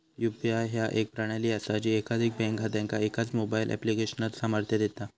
UPI ह्या एक प्रणाली असा जी एकाधिक बँक खात्यांका एकाच मोबाईल ऍप्लिकेशनात सामर्थ्य देता